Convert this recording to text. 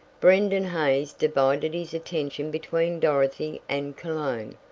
brendon hays divided his attention between dorothy and cologne,